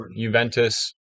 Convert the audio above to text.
Juventus